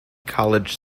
college